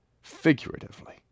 figuratively